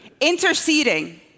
Interceding